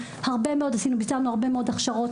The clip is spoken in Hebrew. ביצענו הרבה מאוד הכשרות,